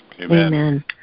Amen